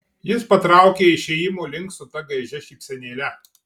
jis patraukė išėjimo link su ta gaižia šypsenėle